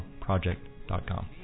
project.com